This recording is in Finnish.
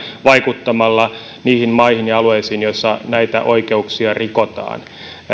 vaikuttamalla niihin maihin ja alueisiin joissa näitä oikeuksia rikotaan